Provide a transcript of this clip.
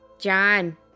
John